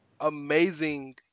amazing